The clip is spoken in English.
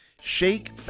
Shake